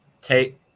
take